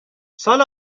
سال